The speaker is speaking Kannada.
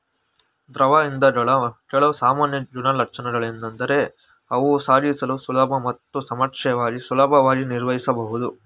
ದ್ರವ ಇಂಧನಗಳ ಕೆಲವು ಸಾಮಾನ್ಯ ಗುಣಲಕ್ಷಣಗಳೆಂದರೆ ಅವು ಸಾಗಿಸಲು ಸುಲಭ ಮತ್ತು ಸಾಪೇಕ್ಷವಾಗಿ ಸುಲಭವಾಗಿ ನಿರ್ವಹಿಸಬಹುದು